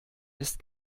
ist